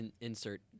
insert